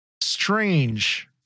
strange